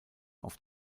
auf